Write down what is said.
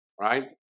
right